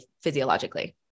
physiologically